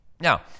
Now